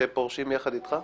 שפורשים יחד איתך?